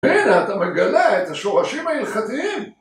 הנה אתה מגלה את השורשים ההלכתיים